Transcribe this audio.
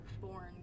born